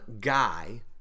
guy